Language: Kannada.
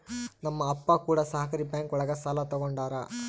ನಮ್ ಅಪ್ಪ ಕೂಡ ಸಹಕಾರಿ ಬ್ಯಾಂಕ್ ಒಳಗ ಸಾಲ ತಗೊಂಡಾರ